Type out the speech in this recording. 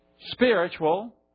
spiritual